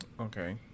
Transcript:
Okay